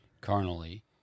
carnally